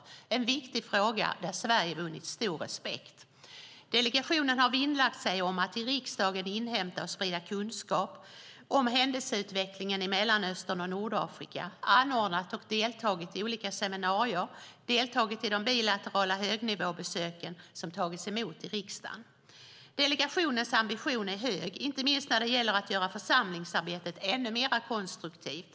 Det är en viktig fråga där Sverige vunnit stor respekt. Delegationen har vinnlagt sig om att i riksdagen inhämta och sprida kunskap om händelseutvecklingen i Mellanöstern och Nordafrika, anordnat och deltagit i olika seminarier och deltagit i de bilaterala högnivåbesöken som tagits emot i riksdagen. Delegationens ambition är hög inte minst när det gäller att göra församlingsarbetet ännu mer konstruktivt.